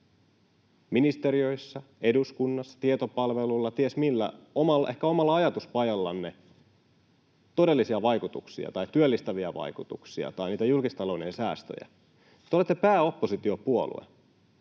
ministeriöissä, eduskunnassa tietopalvelussa tai ties millä, ehkä omalla ajatuspajallanne, todellisia vaikutuksia tai työllistäviä vaikutuksia tai niitä julkistalouden säästöjä. Te olette pääoppositiopuolue,